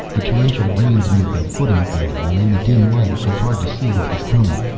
the torrential rains made the footing bad, and in the dim light it was hard to see what was coming.